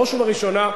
בראש ובראשונה,